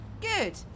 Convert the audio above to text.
good